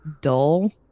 dull